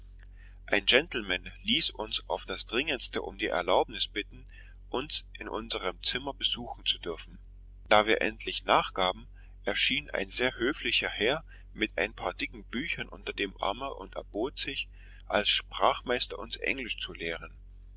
ein gentleman ließ uns auf das dringendste um die erlaubnis bitten uns in unserem zimmer besuchen zu dürfen da wir endlich nachgaben erschien ein sehr höflicher herr mit ein paar dicken büchern unter dem arme und erbot sich als sprachmeister uns englisch zu lehren